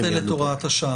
לא נבטל את הוראת השעה.